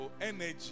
energy